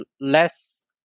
less